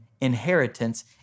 inheritance